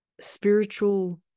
Spiritual